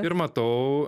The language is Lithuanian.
ir matau